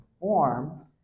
form